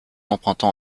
empruntant